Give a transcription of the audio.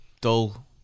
dull